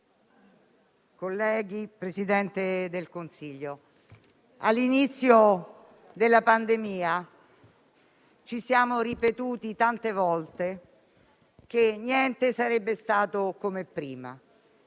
signor Presidente del Consiglio, colleghi, all'inizio della pandemia ci siamo ripetuti tante volte che niente sarebbe stato come prima